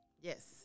Yes